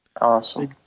Awesome